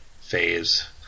phase